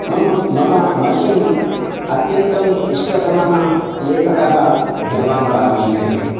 मम मम मह्यम् अत्यन्तम् इष्टतमः लेखकः भगवान् वाल्मीकिः